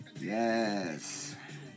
Yes